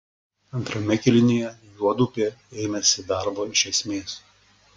antrame kėlinyje juodupė ėmėsi darbo iš esmės